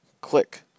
click